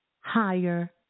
higher